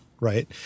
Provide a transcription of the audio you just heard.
Right